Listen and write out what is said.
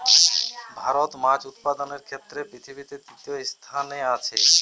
ভারত মাছ উৎপাদনের ক্ষেত্রে পৃথিবীতে তৃতীয় স্থানে আছে